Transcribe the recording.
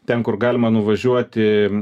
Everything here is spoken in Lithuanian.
ten kur galima nuvažiuoti